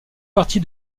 partie